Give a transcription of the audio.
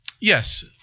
Yes